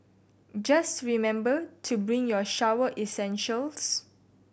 just remember to bring your shower essentials